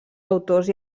autors